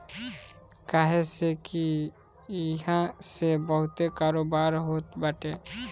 काहे से की इहा से बहुते कारोबार होत बाटे